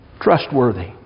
trustworthy